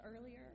earlier